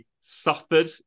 suffered